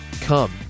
Come